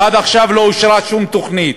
ועד עכשיו לא אושרה שום תוכנית.